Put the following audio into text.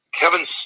kevin